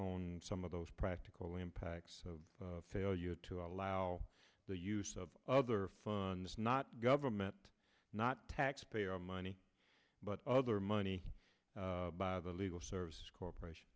on some of those practical impacts of failure to allow the use of other funds not government not taxpayer money but other money by the legal services corporation